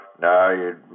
No